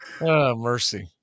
mercy